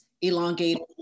elongated